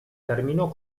terminò